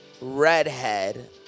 redhead